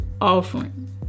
offering